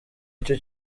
icyo